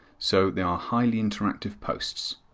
so they are highly interactive posts.